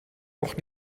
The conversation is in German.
auch